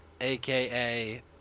AKA